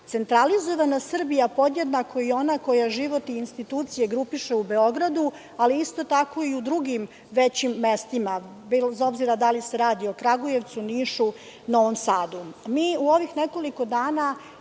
centralizovana Srbija podjednako i ona koja život i institucije grupiše u Beogradu, ali isto tako i u drugim većim mestima, bez obzira da li se radi o Kragujevcu, Nišu ili Novom Sadu.